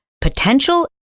potential